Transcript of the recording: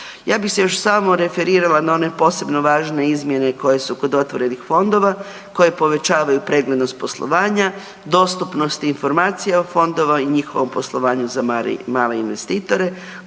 Ja bih se još samo referirala na one posebno važne izmjene koje su kod otvorenih fondova, koje povećavaju preglednost poslovanja, dostupnosti informacija o fondova i njihovom poslovanju za male investitore.